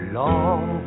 long